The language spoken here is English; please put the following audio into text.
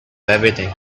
everything